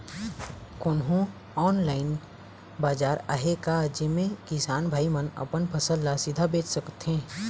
कोन्हो ऑनलाइन बाजार आहे का जेमे किसान भाई मन अपन फसल ला सीधा बेच सकथें?